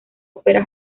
ópera